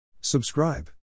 Subscribe